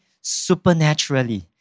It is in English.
supernaturally